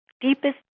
deepest